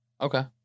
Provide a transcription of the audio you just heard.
Okay